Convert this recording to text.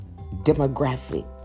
demographic